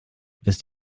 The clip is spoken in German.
wisst